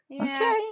okay